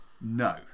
no